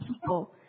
people